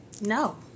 No